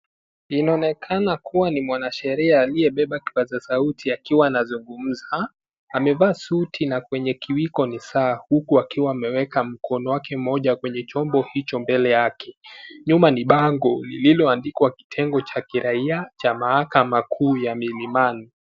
Inaonekana kuwa ni mwanasheria aliyebeba kipaasa sauti akiwa anazungumza, amevaa suti na kwenye kiwiko ni saa na ameweka mkono wake moja kwenye chombo hicho mbele yake nyuma ni bango iliyoandikwa kitengo cha raia cha mahakama kuu ya milimani.